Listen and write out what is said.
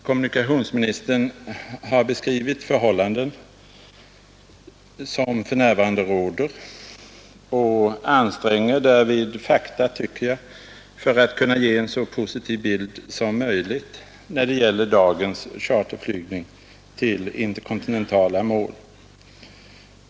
Kommunikationsministern har beskrivit förhållanden som för närvarande råder och anstränger därvid fakta tycker jag, för att kunna ge en så positiv bild som möjligt när det gäller dagens charterflygning till interkontinentala mål.